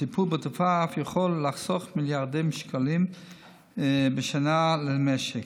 וטיפול בתופעה אף יכול לחסוך מיליארדי שקלים בשנה למשק.